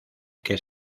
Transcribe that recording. que